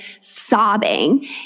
sobbing